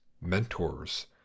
mentors